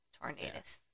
Tornadoes